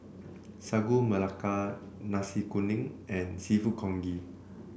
Sagu Melaka Nasi Kuning and seafood Congee